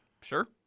Sure